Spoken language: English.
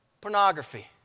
Pornography